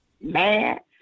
mad